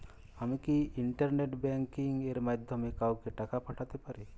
আমি কি internet banking এর মাধ্যমে কাওকে টাকা পাঠাতে পারি?